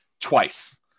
twice